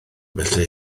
felly